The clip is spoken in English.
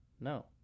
no